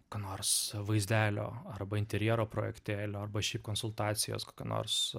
ko nors vaizdelio arba interjero projektėlio arba šiaip konsultacijos kokio nors